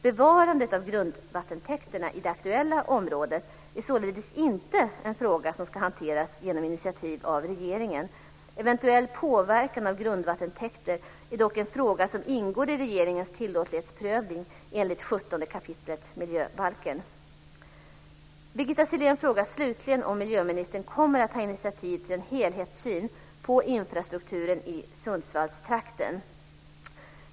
Bevarandet av grundvattentäkterna i det aktuella området är således inte en fråga som ska hanteras genom initiativ av regeringen. Eventuell påverkan av grundvattentäkter är dock en fråga som ingår i regeringens tillåtlighetsprövning enligt 17 kap. miljöbalken. Birgitta Sellén frågar slutligen om miljöministern kommer att ta initiativ till en helhetssyn på infrastrukturen i Sundsvallstrakten.